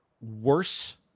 worse